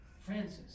Francis